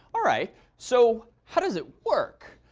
all right. so how does it work?